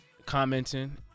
Commenting